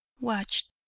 Watched